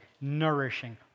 nourishing